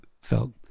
felt